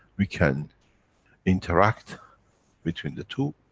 we can interact between the two,